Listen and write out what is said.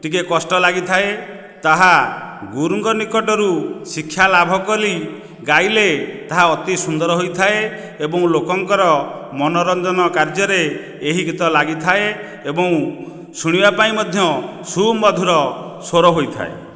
ଟିକିଏ କଷ୍ଟ ଲାଗିଥାଏ ତାହା ଗୁରୁଙ୍କ ନିକଟରୁ ଶିକ୍ଷା ଲାଭ କରି ଗାଇଲେ ତାହା ଅତି ସୁନ୍ଦର ହୋଇଥାଏ ଏବଂ ଲୋକଙ୍କର ମନୋରଞ୍ଜନ କାର୍ଯ୍ୟରେ ଏହି ଗୀତ ଲାଗିଥାଏ ଏବଂ ଶୁଣିବା ପାଇଁ ମଧ୍ୟ ସୁମଧୁର ସ୍ୱର ହୋଇଥାଏ